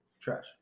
trash